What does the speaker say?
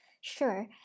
Sure